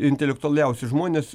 intelektualiausi žmonės